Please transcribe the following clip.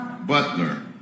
Butler